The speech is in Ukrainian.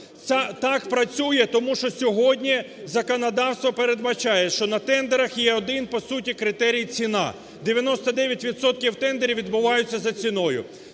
Так працює, тому що сьогодні законодавство передбачає, що на тендерах є один по суті критерій – ціна. 99 відсотків тендерів відбуваються за ціною.